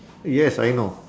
yes I know